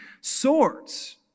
swords